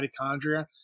mitochondria